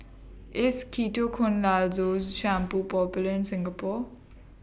IS Ketoconazole Shampoo Popular in Singapore